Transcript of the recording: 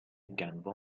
گنوا